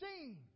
seen